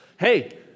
Hey